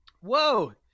Whoa